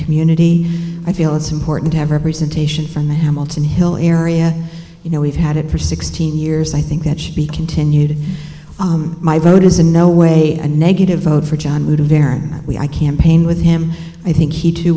community i feel it's important to have representation from the hamilton hill area you know we've had for sixteen years i think that she continued my vote is in no way a negative vote for john i campaigned with him i think he